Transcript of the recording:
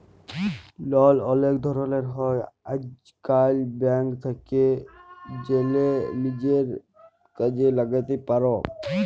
লল অলেক ধরলের হ্যয় আইজকাল, ব্যাংক থ্যাকে জ্যালে লিজের কাজে ল্যাগাতে পার